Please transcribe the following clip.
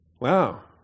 Wow